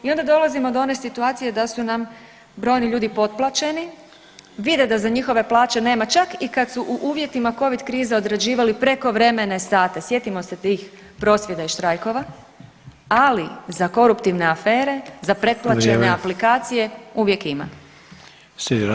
I onda dolazimo do one situacije da su nam brojni ljudi potplaćeni, vide da za njihove plaće nema čak i kad su uvjetima Covid krize odrađivali prekovremene sate, sjetimo se tih prosvjeda i štrajkova, ali za koruptivne afere, za pretplaćene [[Upadica: Vrijeme.]] aplikacije uvijek ima.